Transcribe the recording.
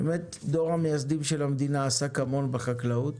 דור המייסדים של המדינה עסק המון בחקלאות.